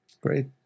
Great